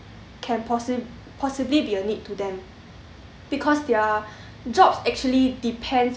can possibly possibly be a need to them because their jobs actually depends